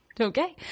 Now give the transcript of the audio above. Okay